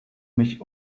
mich